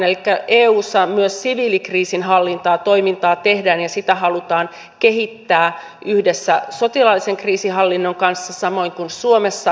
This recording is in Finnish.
elikkä eussa myös siviilikriisinhallintatoimintaa tehdään ja sitä halutaan kehittää yhdessä sotilaallisen kriisinhallinnan kanssa samoin kuin suomessa